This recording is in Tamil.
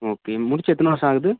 ஓகே முடிச்சு எத்தனை வருஷம் ஆகுது